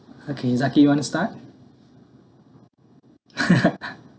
okay zaki you want to start